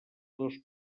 dos